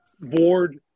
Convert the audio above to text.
board